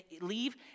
leave